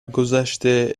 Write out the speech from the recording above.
گذشته